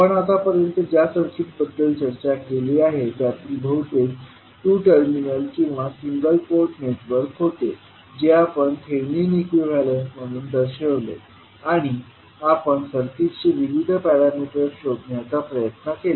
आपण आतापर्यंत ज्या सर्किट बद्दल चर्चा केली आहे त्यातील बहुतेक टू टर्मिनल किंवा सिंगल पोर्ट नेटवर्क होते जे आपण थेव्हिनिन इक्विवेलेंट म्हणून दर्शवले आणि आपण सर्किटचे विविध पॅरामीटर्स शोधण्याचा प्रयत्न केला